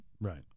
Right